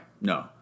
No